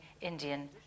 Indian